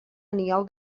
aniol